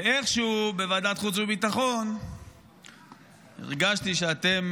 ואיכשהו בוועדת חוץ וביטחון הרגשתי שאתם,